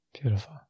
beautiful